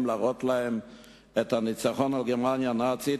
כדי להראות להם את הניצחון על גרמניה הנאצית,